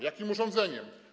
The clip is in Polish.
Jakim urządzeniem?